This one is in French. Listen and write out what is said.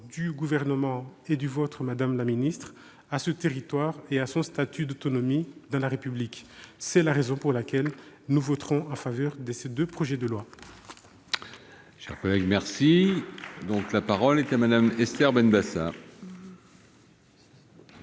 du Gouvernement à ce territoire et à son statut d'autonomie dans la République. C'est la raison pour laquelle nous voterons en faveur de ces deux projets de loi.